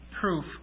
proof